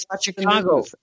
Chicago